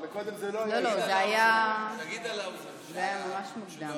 זה היה ממש מוקדם.